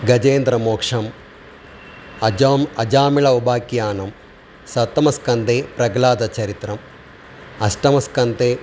गजेन्द्रमोक्षम् अजाम् अजामिलोपख्यानं सप्तमस्कन्दे प्रह्लादचरितम् अष्टमस्कन्दे